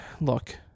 look